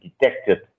detected